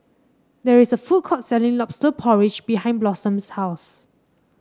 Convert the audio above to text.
there is a food court selling lobster porridge behind Blossom's house